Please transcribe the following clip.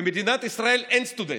במדינת ישראל אין סטודנטים.